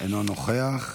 אינו נוכח.